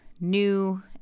new